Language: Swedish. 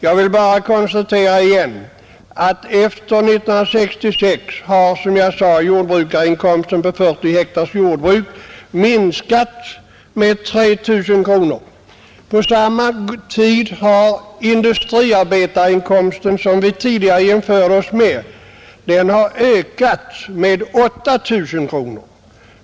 Jag vill bara konstatera igen att efter 1966 har, som jag sade, jordbrukarinkomsten för 40 hektars jordbruk minskat med 3 000 kronor, Under samma tid har industriarbetarinkomsten, som vi tidigare jämförde vår inkomst med, ökat med 8 000 kronor.